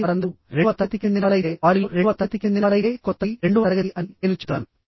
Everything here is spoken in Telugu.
ఎందుకంటే షియర్ లాగ్ వల్ల మెంబర్ యొక్క స్ట్రెంత్ తగ్గుతుంది